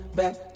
back